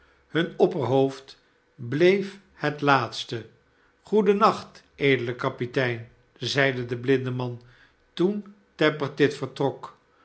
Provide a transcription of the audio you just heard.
hun opperhoofd bleef het laatste jgoeden nacht edele kapitein zeide de blindeman toen tappertit vertrok